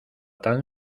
tan